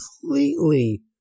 completely